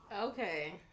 Okay